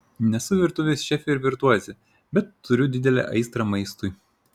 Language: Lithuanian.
nesu virtuvės šefė ir virtuozė bet turiu didelę aistrą maistui